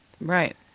Right